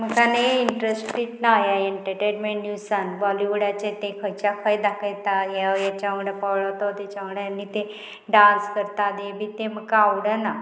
म्हाका न्ही इंट्रस्टीड ना ह्या एंटरटेनमेंट न्यूसान बॉलिवूडाचेर तें खंयच्या खंय दाखयता ह्या हेच्या वांगडा पळो तो तेच्या वांगडा आनी ते डांस करता ते बी ते म्हाका आवडना